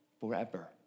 forever